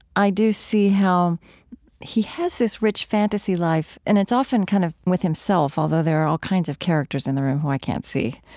i do see how he has this rich fantasy life. and it's often kind of with himself, although there are all kinds of characters in the room who i can't see.